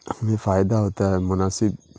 ہمیں فائدہ ہوتا ہے مناسب